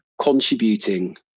contributing